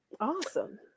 Awesome